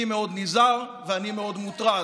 אני מאוד נזהר ואני מאוד מוטרד.